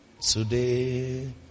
today